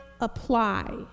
apply